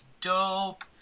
dope